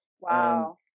Wow